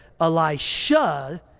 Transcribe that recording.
Elisha